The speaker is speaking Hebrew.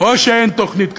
או שאין תוכנית כזאת,